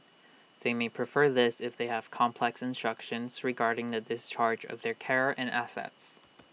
they may prefer this if they have complex instructions regarding the discharge of their care and assets